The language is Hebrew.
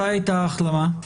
מתי הייתה ההחלמה?